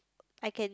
I can